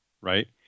right